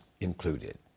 included